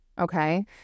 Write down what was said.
Okay